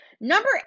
Number